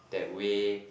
that way